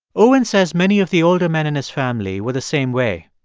owen says many of the older men in his family were the same way.